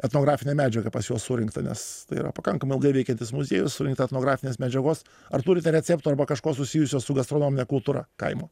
etnografinę medžiagą pas juos surinktą nes tai yra pakankamai ilgai veikiantis muziejus surinkta etnografinės medžiagos ar turite receptų arba kažko susijusio su gastronomine kultūra kaimo